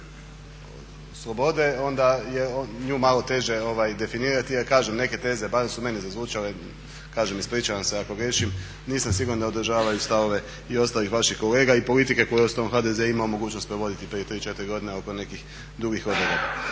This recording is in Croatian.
slobode, onda je nju malo teže definirati. A kažem, neke teze, barem su meni zazvučale, kažem, ispričavam se ako griješim, nisam siguran da odražavaju stavove i ostalih vaših kolega i politike koju je uostalom HDZ imao mogućnost provoditi prije 3, 4 godine, oko nekih drugih odredaba.